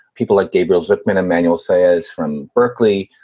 people at gabriels, at ben emanuel says from berkeley.